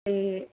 ते